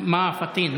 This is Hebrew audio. לאוכלוסיות, מה, פטין?